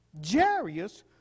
Jarius